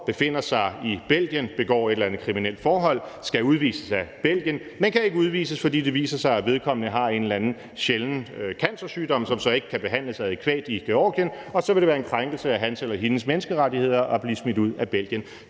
befinder sig i Belgien, begår et eller andet kriminelt og skal udvises af Belgien, men kan ikke udvises, fordi det viser sig, at vedkommende har en eller anden sjælden cancersygdom, som så ikke kan behandles adækvat i Georgien, og så vil det være en krænkelse af hans eller hendes menneskerettigheder at blive smidt ud af Belgien.